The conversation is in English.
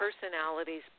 personalities